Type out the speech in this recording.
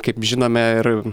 kaip žinome ir